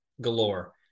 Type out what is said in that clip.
galore